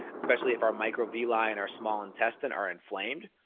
especially if our micro v lie in our small intestine are inflamed.